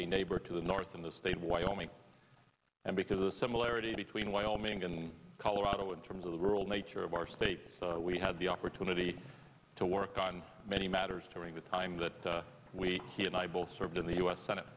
a neighbor to the north in the state of wyoming and because of the similarity between wyoming and colorado in terms of the rural nature of our state we had the opportunity to work on many matters during the time that we he and i both served in the u s senate